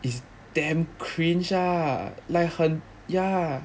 is damn cringe ah like 很 yeah